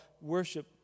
worship